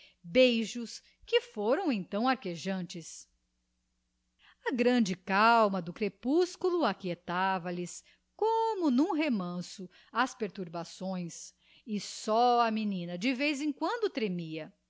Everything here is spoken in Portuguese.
beijos que foram então arquejantes a grande calma do crepúsculo aquietava lhes como num remanso as perturbações e só a menina de vez em quando tremia